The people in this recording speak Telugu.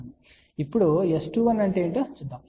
ఇప్పుడు S21 అంటే ఏమిటో చూద్దాం